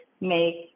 make